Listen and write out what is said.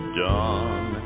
dawn